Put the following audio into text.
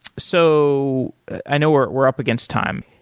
so i know we're we're up against time.